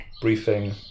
briefing